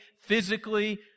physically